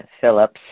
Phillips